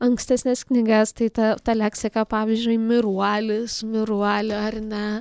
ankstesnes knygas tai ta ta leksika pavyzdžiui miruolis miruolė ar ne